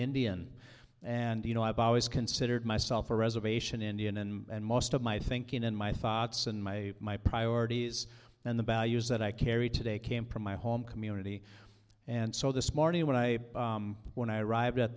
indian and you know about was considered myself a reservation indian and most of my thinking and my thoughts and my my priorities and the values that i carry today came from my home community and so this morning when i when i arrived at